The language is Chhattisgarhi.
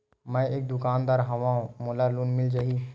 मै एक दुकानदार हवय मोला लोन मिल जाही?